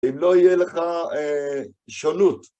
אם לא יהיה לך שונות.